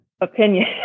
opinion